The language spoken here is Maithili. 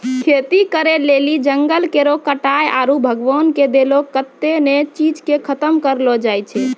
खेती करै लेली जंगल केरो कटाय आरू भगवान के देलो कत्तै ने चीज के खतम करलो जाय छै